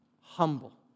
humble